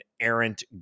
errant